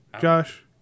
Josh